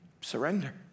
Surrender